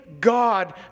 God